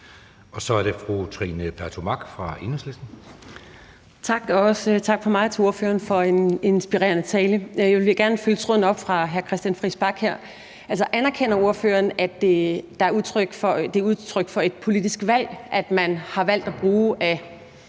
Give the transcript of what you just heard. Kl. 15:32 Trine Pertou Mach (EL): Tak, og også tak fra mig til ordføreren for en inspirerende tale. Jeg vil gerne tage tråden op fra hr. Christian Friis Bach. Anerkender ordføreren, at det er udtryk for et politisk valg, at man har valgt at bruge af